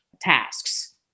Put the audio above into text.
tasks